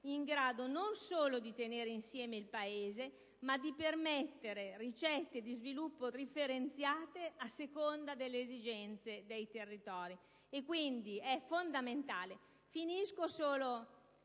in grado non solo di tenere insieme il Paese ma di permettere ricette di sviluppo differenziate a seconda delle esigenze dei territori. È quindi fondamentale. Certo,